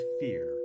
fear